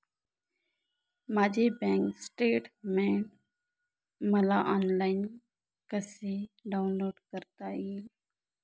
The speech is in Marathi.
माझे बँक स्टेटमेन्ट मला ऑनलाईन कसे डाउनलोड करता येईल?